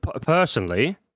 personally